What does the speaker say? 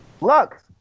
Look